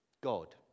God